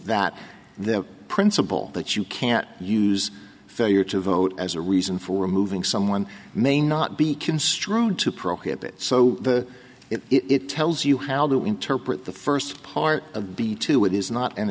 that the principle that you can't use failure to vote as a reason for removing someone may not be construed to prohibit so if it tells you how do interpret the first part of b two it is not an